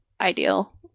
ideal